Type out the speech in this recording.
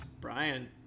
Brian